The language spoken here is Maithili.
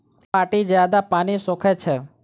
केँ माटि जियादा पानि सोखय छै?